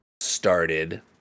started